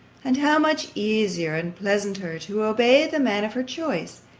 and how much easier and pleasanter to obey the man of her choice,